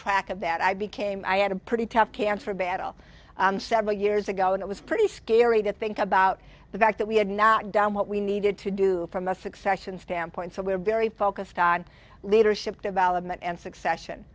track of that i became i had a pretty tough cancer battle several years ago and it was pretty scary to think about the fact that we had not done what we needed to do from a succession standpoint so we're very focused on leadership development and succession